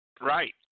Right